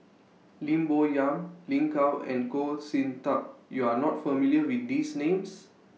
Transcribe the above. Lim Bo Yam Lin Gao and Goh Sin Tub YOU Are not familiar with These Names